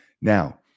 Now